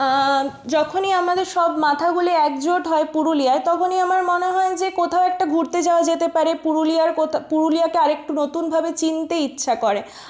যখনই আমাদের সব মাথাগুলি একজোট হয় পুরুলিয়ায় তখনই আমার মনে হয় যে কোথাও একটা ঘুরতে যাওয়া যেতে পারে পুরুলিয়ার কোথা পুরুলিয়াকে আরেকটু নতুনভাবে চিনতে ইচ্ছা করে